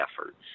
efforts